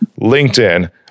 LinkedIn